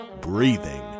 breathing